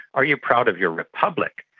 are you proud of your republic?